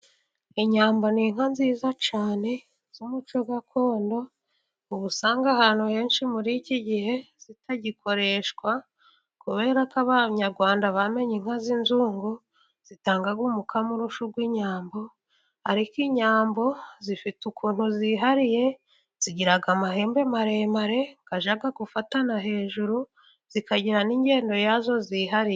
Inyambo ni inka nziza cyane, z'umuco gakondo, usanga ahantu henshi muri iki gihe zitagikoreshwa, kubera ko abanyarwanda bamenye inka z'inzungu, zitanga umukamo urusha uw'inyambo, ariko inyambo zifite ukuntu zihariye zigira amahembe maremare, ajya gufatana hejuru, zikajyira n'ingendo yazo zihariye.